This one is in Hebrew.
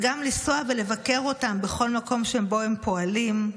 וגם לנסוע ולבקר אותם בכל מקום שבו הם פועלים.